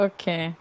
Okay